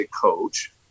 coach